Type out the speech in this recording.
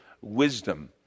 wisdom